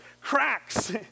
cracks